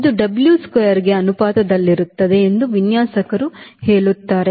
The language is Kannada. ಇದು W squareಕ್ಕೆ ಅನುಪಾತದಲ್ಲಿರುತ್ತದೆ ಎಂದು ವಿನ್ಯಾಸಕರು ಹೇಳುತ್ತಾರೆ